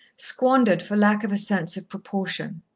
squandered for lack of a sense of proportion.